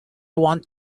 want